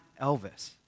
Elvis